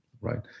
right